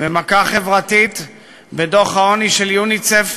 ומכה חברתית בדוח העוני של יוניסף,